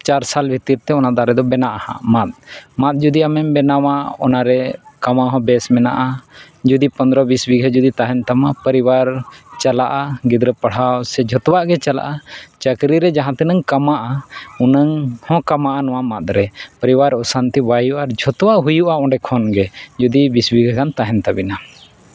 ᱥᱟᱞ ᱵᱷᱤᱛᱤᱨᱛᱮ ᱚᱱᱟ ᱫᱟᱨᱮ ᱫᱚ ᱦᱟᱸᱜ ᱵᱮᱱᱟᱜᱼᱟ ᱦᱟᱸᱜ ᱢᱟᱸᱫ ᱢᱟᱸᱫ ᱡᱩᱫᱤ ᱟᱢᱮᱢ ᱵᱮᱱᱟᱣᱟ ᱚᱱᱟᱨᱮ ᱠᱟᱢᱟᱣ ᱦᱚᱸ ᱵᱮᱥ ᱢᱮᱱᱟᱜᱼᱟ ᱡᱩᱫᱤ ᱯᱚᱱᱮᱨᱚ ᱵᱤᱥ ᱵᱤᱜᱷᱟᱹ ᱛᱟᱦᱮᱱ ᱛᱟᱢᱟ ᱯᱚᱨᱤᱵᱟᱨ ᱪᱟᱞᱟᱜᱼᱟ ᱥᱮ ᱜᱤᱫᱽᱨᱟᱹ ᱯᱟᱲᱦᱟᱣ ᱥᱮ ᱡᱚᱛᱚᱣᱟᱜ ᱜᱮ ᱪᱟᱞᱟᱜᱼᱟ ᱪᱟᱹᱠᱨᱤᱨᱮ ᱡᱟᱦᱟᱸ ᱛᱤᱱᱟᱹᱜ ᱠᱟᱢᱟᱜᱼᱟ ᱩᱱᱟᱹᱜ ᱦᱚᱸ ᱠᱟᱢᱟᱜᱼᱟ ᱱᱚᱣᱟ ᱢᱟᱸᱫᱨᱮ ᱯᱚᱨᱤᱵᱟᱨ ᱚᱥᱟᱱᱛᱤ ᱵᱟᱭ ᱦᱩᱭᱩᱜᱼᱟ ᱟᱨ ᱡᱷᱚᱛᱚᱣᱟᱜ ᱦᱩᱭᱩᱜᱼᱟ ᱚᱸᱰᱮ ᱠᱷᱚᱱᱜᱮ ᱡᱩᱫᱤ ᱵᱤᱥ ᱵᱤᱜᱷᱟᱹ ᱜᱟᱱ ᱛᱟᱦᱮᱱ ᱛᱟᱹᱵᱤᱱᱟ